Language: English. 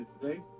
today